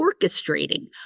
orchestrating